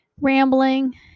rambling